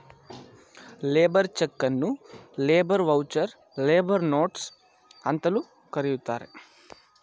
labour ಚಕನ್ನು labour voucher, labour notes ಅಂತಲೂ ಕರೆಯುತ್ತಾರೆ